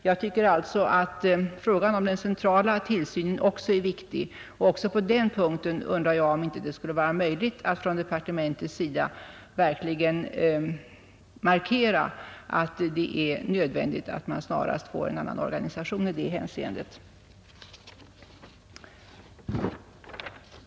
Jag tycker alltså att frågan om den centrala tillsynen också är viktig, och även på den punkten undrar jag om det inte skulle vara möjligt för departementet att på allvar markera att det är nödvändigt att snarast åstadkomma en annan organisation.